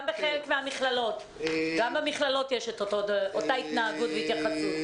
גם בחלק מהמכללות יש את אותה התנהגות והתייחסות.